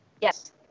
Yes